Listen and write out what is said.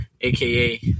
aka